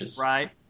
Right